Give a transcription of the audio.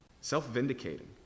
self-vindicating